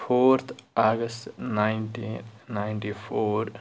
forth August nineteen ninety four